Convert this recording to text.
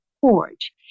porch